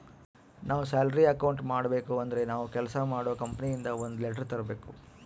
ನಾವ್ salary account ಮಾಡಬೇಕು ಅಂದ್ರೆ ನಾವು ಕೆಲ್ಸ ಮಾಡೋ ಕಂಪನಿ ಇಂದ ಒಂದ್ ಲೆಟರ್ ತರ್ಬೇಕು